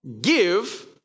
Give